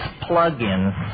plug-in